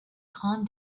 calm